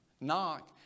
Knock